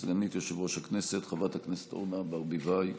סגנית יושב-ראש הכנסת חברת הכנסת אורנה ברביבאי.